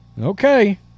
Okay